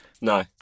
No